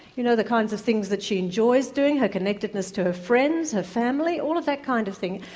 you know, the kinds of things that she enjoys doing, her connectedness to her friends her family all of that kind of thing.